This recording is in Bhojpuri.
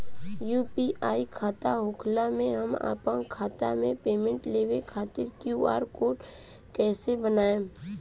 यू.पी.आई खाता होखला मे हम आपन खाता मे पेमेंट लेवे खातिर क्यू.आर कोड कइसे बनाएम?